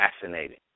fascinating